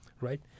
right